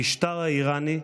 המשטר האיראני,